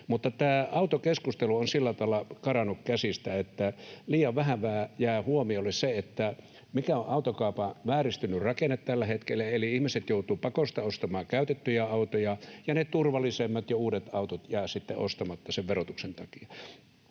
Mutta tämä autokeskustelu on sillä tavalla karannut käsistä, että liian vähälle huomiolle jää se, mikä on autokaupan vääristynyt rakenne tällä hetkellä. Eli ihmiset joutuvat pakosta ostamaan käytettyjä autoja, ja ne turvallisemmat ja uudet autot jäävät sitten ostamatta sen verotuksen takia.